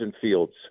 Fields